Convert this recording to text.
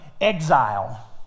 exile